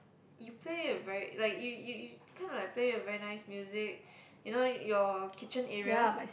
you play a very like you you you kind of like play a very nice music you know your kitchen area